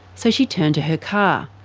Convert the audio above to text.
so she turned to her car.